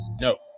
no